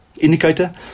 indicator